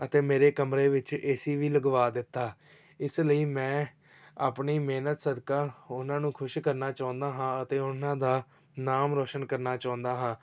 ਅਤੇ ਮੇਰੇ ਕਮਰੇ ਵਿੱਚ ਏ ਸੀ ਵੀ ਲਗਵਾ ਦਿੱਤਾ ਇਸ ਲਈ ਮੈਂ ਆਪਣੀ ਮਿਹਨਤ ਸਦਕਾ ਉਹਨਾਂ ਨੂੰ ਖੁਸ਼ ਕਰਨਾ ਚਾਹੁੰਦਾ ਹਾਂ ਅਤੇ ਉਹਨਾਂ ਦਾ ਨਾਮ ਰੋਸ਼ਨ ਕਰਨਾ ਚਾਹੁੰਦਾ ਹਾਂ